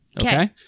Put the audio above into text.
Okay